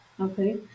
Okay